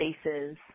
spaces